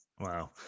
Wow